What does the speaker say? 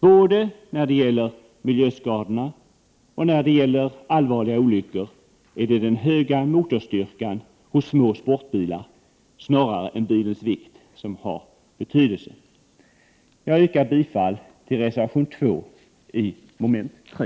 Både när det gäller miljöskadorna och när det gäller allvarliga olyckor är det den höga motorstyrkan hos små sportbilar snarare än bilens vikt som har betydelse. Jag yrkar bifall till reservation 2 som avser moment 3.